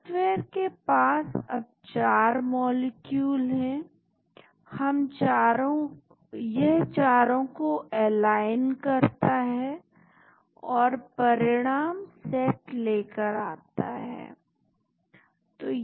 software के पास अब चार मॉलिक्यूलस हैं यह चारों को एलाइन करता है और परिणाम सेट लेकर आता है